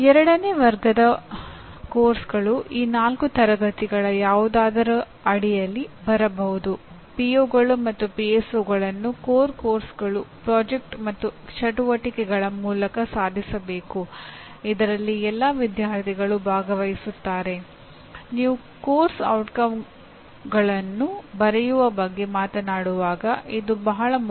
ಎರಡನೇ ವರ್ಗದ ಪಠ್ಯಕ್ರಮಗಳು ಈ ನಾಲ್ಕು ತರಗತಿಗಳ ಯಾವುದಾದರೂ ಅಡಿಯಲ್ಲಿ ಬರಬಹುದು